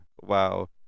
Wow